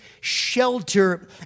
shelter